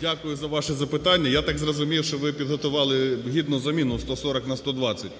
Дякую за ваше запитання. Я так зрозумів, що ви підготували гідну заміну: 140 на 120.